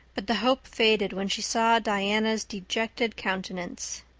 but the hope faded when she saw diana's dejected countenance.